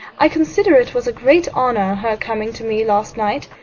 i consider it was a great honour her coming to me last night.